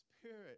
Spirit